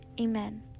Amen